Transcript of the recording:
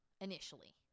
initially